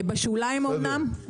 בשוליים אמנם,